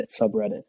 subreddit